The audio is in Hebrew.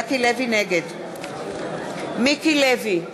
נגד מיקי לוי,